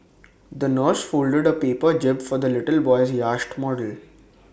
the nurse folded A paper jib for the little boy's yacht model